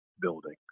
building